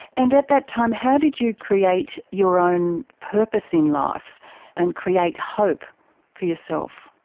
and at that time, how did you create your own purpose in life and create hope for yourself?